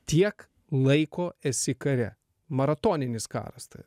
tiek laiko esi kare maratoninis karas tai